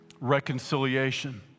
reconciliation